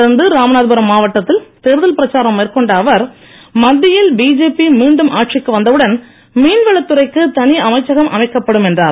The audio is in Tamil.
தொடர்ந்து ராமநாதபுரம் மாவட்டத்தில் தேர்தல் பிரச்சாரம் மேற்கொண்ட அவர் மத்தியில் பிஜேபி மீண்டும் ஆட்சிக்கு வந்தவுடன் மீன்வளத்துறைக்கு தனிஅமைச்சகம் அமைக்கப்படும் என்றார்